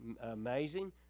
amazing